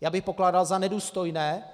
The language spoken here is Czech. Já bych pokládal za nedůstojné,